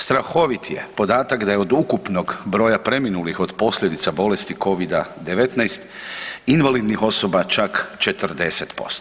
Strahovit je podatak da je od ukupnog broja preminulih od posljedica bolesti Covida-19 invalidnih osoba čak 40%